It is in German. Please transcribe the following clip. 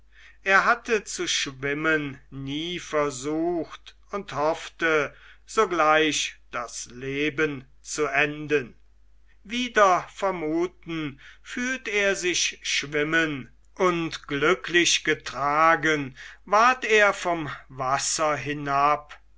er hatte zu schwimmen nie versucht und hoffte sogleich das leben zu enden wider vermuten fühlt er sich schwimmen und glücklich getragen ward er vom wasser hinab